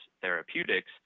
Therapeutics